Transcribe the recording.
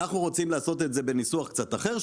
אנחנו רוצים לעשות את זה בניסוח קצת אחר,